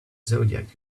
zodiac